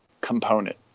component